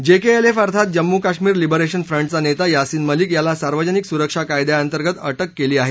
जे K L F अर्थात Jammu Kashmir liberation फ्रंटचा नेता यासीन मलिक याला सार्वजनिक सुरक्षा कायद्याअतंर्गत अटक करण्यात आली आहे